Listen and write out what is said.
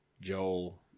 Joel